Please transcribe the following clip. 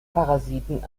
parasiten